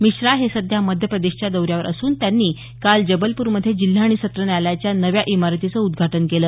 मिश्रा हे सध्या मध्यप्रदेशच्या दौऱ्यावर असून त्यांनी काल जबलपूरमध्ये जिल्हा आणि सत्र न्यायालयाच्या नव्या इमारतीचं उद्घाटन केलं